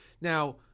Now